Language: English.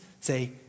say